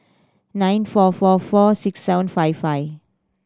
nine four four four six seven five five